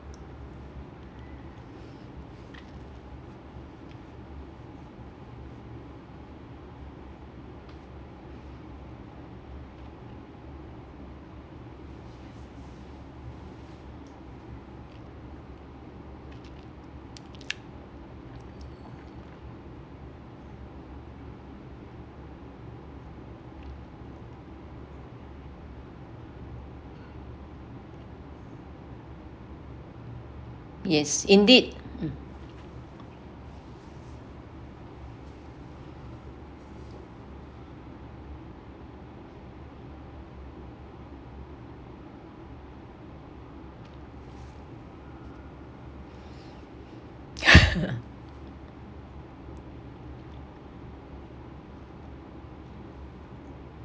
yes indeed